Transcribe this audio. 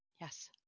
Yes